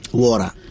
water